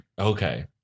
Okay